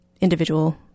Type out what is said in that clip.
individual